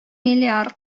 миллиард